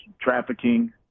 trafficking